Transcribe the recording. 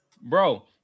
bro